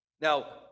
Now